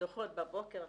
דוחות בבוקר,